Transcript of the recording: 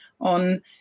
on